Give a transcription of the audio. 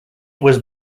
was